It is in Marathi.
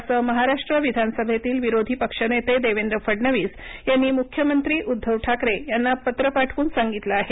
असं महाराष्ट्र विधानसभेतील विरोधी पक्षनेते देवेंद्र फडणवीस यांनी मुख्यमंत्री उद्धव ठाकरे यांना पत्र पाठवून सांगितलं आहे